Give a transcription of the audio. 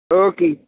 okay ਜੀ